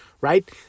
right